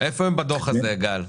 איפה הם בדוח הזה, גל?